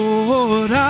Lord